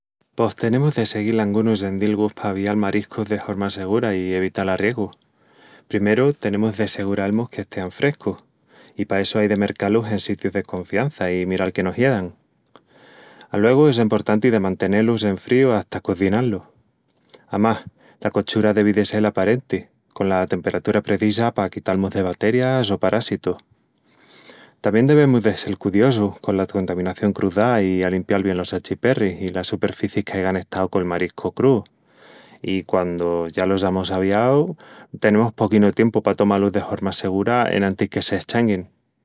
Pos tenemus de seguil angunus endilgus pa avial mariscus de horma segura i evital arriegus. Primeru, tenemus de segural-mus qu'estean frescus, i pa essu ai de mercá-lus en sitius de confiança i miral que no hiedan. Aluegu, es emportanti de mantené-lus en fríu hata coziná-lus. Amás, la cochura devi de sel aparenti, cola temperatura precisa pa quital-mus de baterias o parásitus. Tamién devemus de sel cudiosus cola contaminación cruzá i alimpial bien los achiperris i las superficiis qu'aigan estau col mariscu crúu. I quandu ya los amus aviau, tenemus poquinu tiempu pa tomá-lus de horma segura enantis que s'eschanguin.